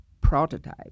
prototype